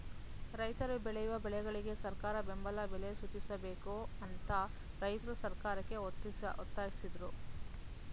ರೈತ್ರು ಬೆಳೆಯುವ ಬೆಳೆಗಳಿಗೆ ಸರಕಾರ ಬೆಂಬಲ ಬೆಲೆ ಸೂಚಿಸಬೇಕು ಅಂತ ರೈತ್ರು ಸರ್ಕಾರಕ್ಕೆ ಒತ್ತಾಸಿದ್ರು